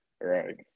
Right